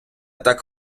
так